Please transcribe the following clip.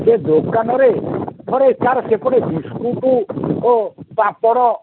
ସେ ଦୋକାନରେ ତା'ର ସେପଟେ ବିସ୍କୁଟ୍ ଓ ପାମ୍ପଡ଼